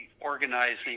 organizing